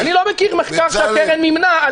אני לא מכיר מחקר שהקרן מימנה -- בצלאל, בצלאל.